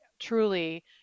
truly